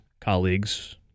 colleagues